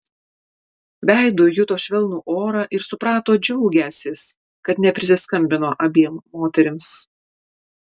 veidu juto švelnų orą ir suprato džiaugiąsis kad neprisiskambino abiem moterims